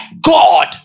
God